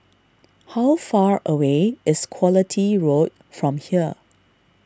how far away is Quality Road from here